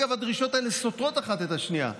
אגב, הדרישות האלה סותרות אחת את השנייה.